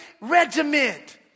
regiment